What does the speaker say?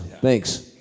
Thanks